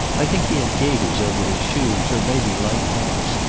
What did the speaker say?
i think he had gaiters over his shoes, or maybe light tops.